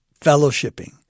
fellowshipping